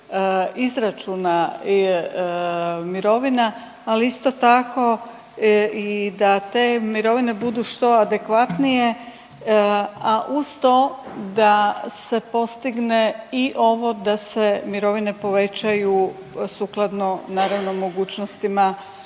izračuna mirovina, ali isto tako i da te mirovine budu što adekvatnije, a uz to se postigne i ovo da se mirovine povećaju sukladno naravno mogućnostima